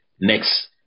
next